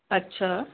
अच्छा